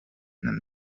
them